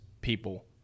people